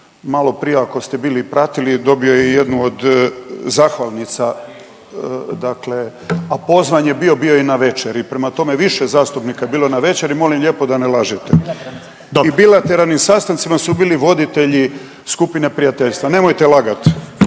maloprije ako ste bili pratili je dobio i jednu od zahvalnica dakle, a pozvan je bio, bio je i navečer i prema tome više zastupnika je bilo navečer i molim lijepo da ne lažete i na bilateralnim sastancima su bili voditelji skupine prijateljstva, nemojte lagat.